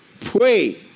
pray